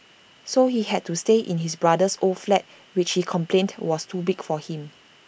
so he had to stay in his brother's old flat which he complained was too big for him